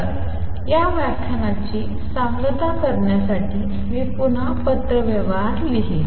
तर या व्याख्यानाची सांगता करण्यासाठी मी पुन्हा पत्रव्यवहार लिहीन